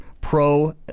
Pro